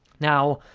now,